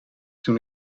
toen